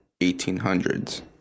1800s